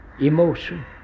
emotion